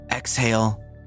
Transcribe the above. Exhale